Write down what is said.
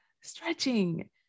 stretching